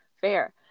Fair